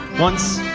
once,